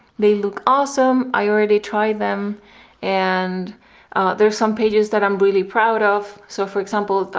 they look awesome. i already tried them and there are some pages that i'm really proud of so for example.